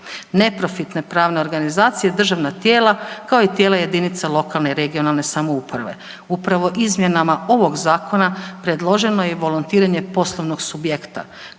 neprofitne pravne organizacije, državna tijela kao i tijela jedinica lokalne i regionalne samouprave. Upravo izmjenama ovog zakona predloženo je i volontiranje poslovnog subjekta